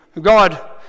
God